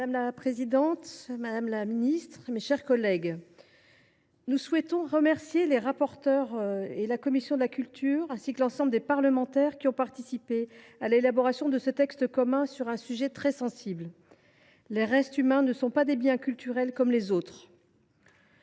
Madame la présidente, madame la ministre, mes chers collègues, nous souhaitons remercier les rapporteurs, la commission de la culture et l’ensemble des parlementaires qui ont participé à l’élaboration de ce texte commun sur un sujet très sensible. Les restes humains ne sont pas des biens culturels comme les autres.